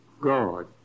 God